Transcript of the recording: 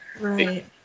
right